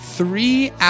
Three